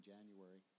January